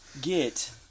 get